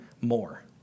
more